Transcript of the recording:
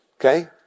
okay